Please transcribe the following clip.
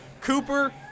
Cooper